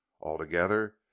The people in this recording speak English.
altogether